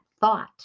thought